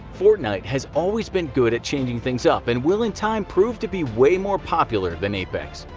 fortnite has always been good at changing things up and will in time prove to be way more popular than apex.